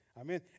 Amen